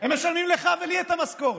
הם משלמים לך ולי את המשכורת.